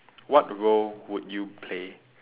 what role would you play